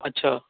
اچھا